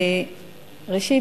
ראשית,